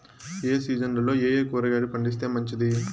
ఏ సీజన్లలో ఏయే కూరగాయలు పండిస్తే మంచిది